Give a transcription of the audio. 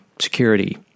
security